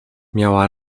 miała